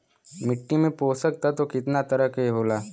मिट्टी में पोषक तत्व कितना तरह के होला?